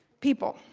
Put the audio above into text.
people,